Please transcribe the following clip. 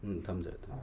ꯎꯝ ꯊꯝꯖꯔꯦ ꯊꯝꯖꯔꯦ